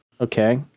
okay